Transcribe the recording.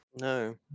No